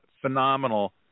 phenomenal